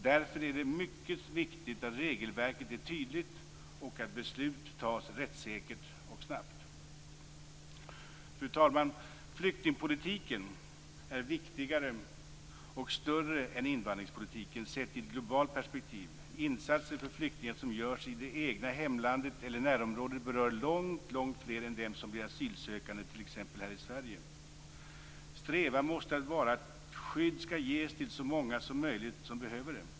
Därför är det mycket viktigt att regelverket är tydligt och att beslut tas rättssäkert och snabbt. Fru talman! Flyktingpolitiken är viktigare och större än invandringspolitiken sett i ett globalt perspektiv. Insatser för flyktingar som görs i det egna hemlandet eller närområdet berör långt fler än dem som blir asylsökande t.ex. här i Sverige. Strävan måste vara att skydd skall ges till så många som möjligt som behöver det.